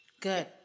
Good